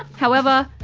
however,